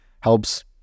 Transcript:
helps –